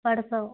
परसों